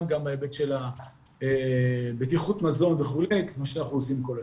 גם בהיבט של בטיחות מזון וכולי כפי שאנחנו עושים כל השנה.